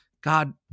God